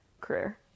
career